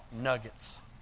nuggets